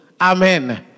Amen